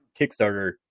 Kickstarter